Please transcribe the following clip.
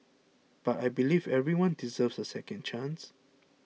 but I believe everyone deserves a second chance